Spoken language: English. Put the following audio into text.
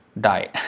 die